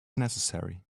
necessary